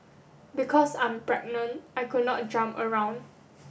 because I'm pregnant I could not jump around